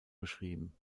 beschrieben